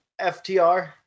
FTR